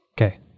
Okay